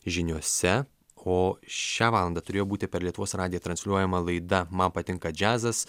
žiniose o šią valandą turėjo būti per lietuvos radiją transliuojama laida man patinka džiazas